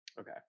okay